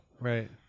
Right